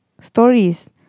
stories